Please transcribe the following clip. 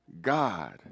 God